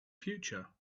future